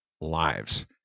lives